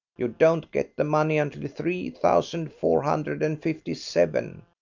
you don't get the money until three thousand four hundred and fifty seven,